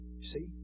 See